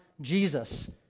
Jesus